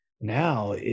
now